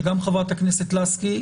שגם חברת הכנסת לסקי,